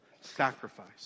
sacrifice